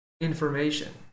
information